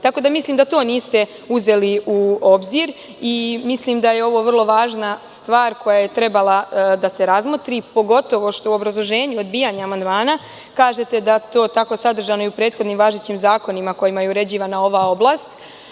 Tako da, mislim da to niste uzeli u obzir i mislim da je ovo vrlo važna stvar koja je trebala da se razmotri, pogotovo što u obrazloženju odbijanja amandmana kažete da je to tako sadržano i u prethodnim važećim zakonima kojima je uređivana ova oblast.